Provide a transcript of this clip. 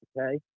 okay